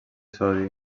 sodi